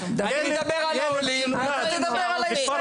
תיכף ידברו על העולים ועל הישראלים.